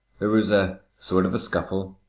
there was a sort of a scuffle,